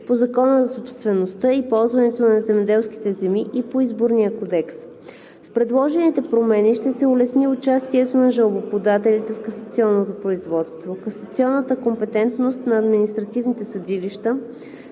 по Закона за собствеността и ползването на земеделски земи и по Изборния кодекс. С предложените промени ще се улесни участието на жалбоподателите в касационното производство. Касационната компетентност на административните съдилища